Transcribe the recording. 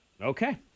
Okay